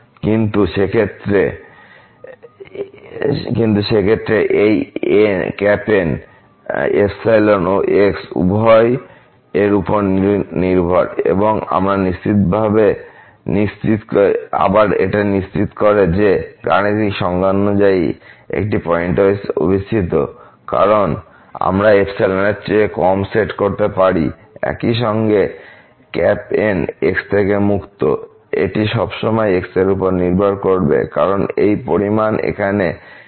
কিন্তু সে ক্ষেত্রে এই N ও x উভয় এর উপর নির্ভর এবং আবার নিশ্চিত করে যে এটা গাণিতিক সংজ্ঞা অনুযায়ী একটি পয়েন্টওয়াইস অভিসৃতি কারণ আমরা এর চেয়ে কম সেট করতে পারি এইসঙ্গে N x থেকে মুক্ত এটি সবসময় x এর উপর নির্ভর করবে কারণ এই পরিমাণ এখানে ln ln x